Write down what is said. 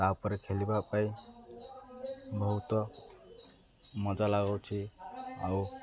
ତାପରେ ଖେଳିବା ପାଇଁ ବହୁତ ମଜା ଲାଗୁଛି ଆଉ